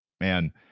man